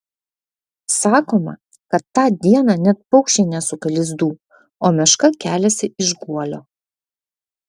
sakoma kad tą dieną net paukščiai nesuka lizdų o meška keliasi iš guolio